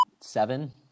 seven